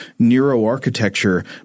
neuroarchitecture